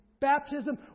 baptism